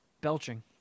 belching